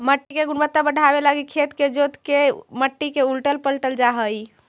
मट्टी के गुणवत्ता बढ़ाबे लागी खेत के जोत के मट्टी के उलटल पलटल जा हई